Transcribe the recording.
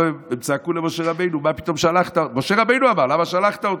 הם צעקו למשה רבנו, משה רבנו אמר: למה שלחת אותי?